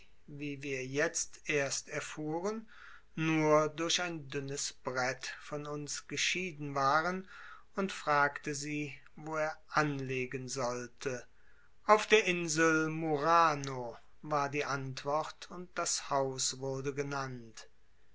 wie wir jetzt erst erfuhren nur durch ein dünnes brett von uns geschieden waren und fragte sie wo er anlegen sollte auf der insel murano war die antwort und das haus wurde genannt